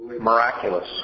Miraculous